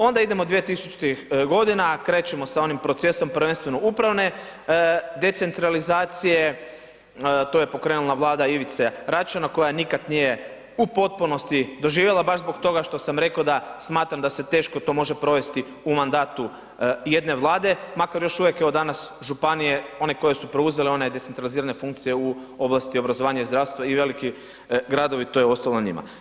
Onda 2000. godina krećemo sa onim procesom prvenstveno upravne decentralizacije, to je pokrenula vlada Ivice Račana koja nikad nije u potpunosti doživjela baš zbog toga što sam reko da smatram da se teško to može provesti u mandatu jedne vlade, makar još uvijek evo danas županije, one koje su preuzele one decentralizirane funkcije u oblasti obrazovanja i zdravstva i veliki gradovi to je ostalo njima.